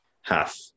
half